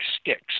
sticks